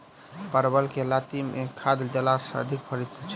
परवल केँ लाती मे केँ खाद्य देला सँ अधिक फरैत छै?